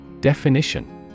Definition